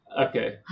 Okay